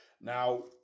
Now